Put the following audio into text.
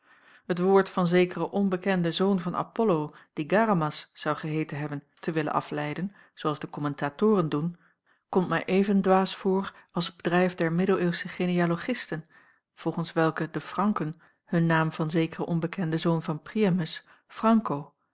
t woord van zekeren onbekenden zoon van apollo die garamas zou geheeten hebben te willen afleiden zoo als de kommentatoren doen komt mij even dwaas voor als t bedrijf der middeleeuwsche genealogisten volgens welke de franken hun naam van zekeren onbekenden zoon van